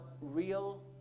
real